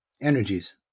energies